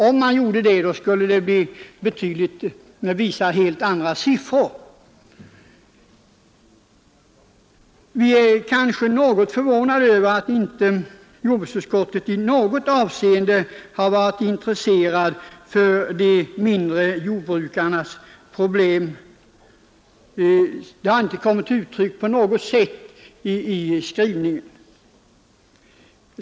Om man hade det skulle man få helt andra siffror. Vi är något förvånade över att inte jordbruksutskottet i något avseende har varit intresserat av de mindre jordbrukarnas problem. Det har inte kommit till uttryck på något sätt i skrivningen.